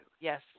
Yes